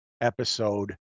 episode